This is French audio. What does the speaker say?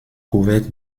couverte